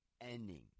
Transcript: Ending